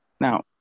Now